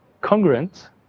congruent